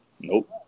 nope